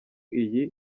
iyi